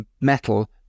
metal